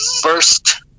first